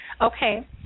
Okay